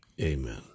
Amen